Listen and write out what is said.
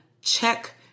check